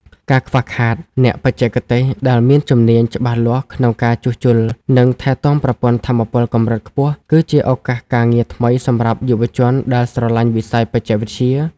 ការខ្វះខាតអ្នកបច្ចេកទេសដែលមានជំនាញច្បាស់លាស់ក្នុងការជួសជុល និងថែទាំប្រព័ន្ធថាមពលកម្រិតខ្ពស់ គឺជាឱកាសការងារថ្មីសម្រាប់យុវជនដែលស្រឡាញ់វិស័យបច្ចេកវិទ្យា។